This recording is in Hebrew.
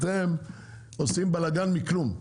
אתם עושים בלאגן מכלום,